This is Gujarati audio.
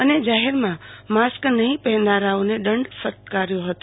અને જાહેરમાં માસ્ક નહિ પહેરનાર લોકોને દંડ ફટકાર્યો હતો